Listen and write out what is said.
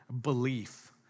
belief